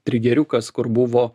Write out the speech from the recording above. trigeriukas kur buvo